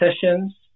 sessions